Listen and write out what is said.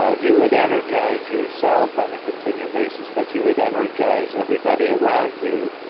ah you would energize yourself on a continual basis, but you would energize everybody around you.